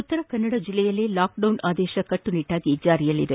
ಉತ್ತರ ಕನ್ನಡ ಜಿಲ್ಲೆಯಲ್ಲಿ ಲಾಕ್ಡೌನ್ ಆದೇಶ ಕಟ್ಟುನಿಟ್ಟಾಗಿ ಜಾರಿಯಲ್ಲಿದೆ